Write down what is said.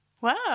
Wow